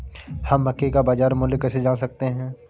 हम मक्के का बाजार मूल्य कैसे जान सकते हैं?